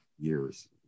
years